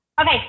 Okay